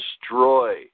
destroy